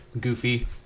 goofy